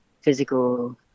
physical